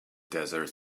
desert